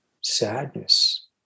sadness